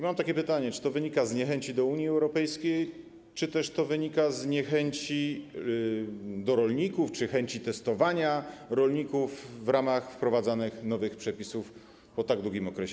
Mam takie pytanie: Czy wynika to z niechęci do Unii Europejskiej, czy też wynika to z niechęci do rolników, czy też z chęci testowania rolników w ramach wprowadzanych nowych przepisów po tak długim okresie?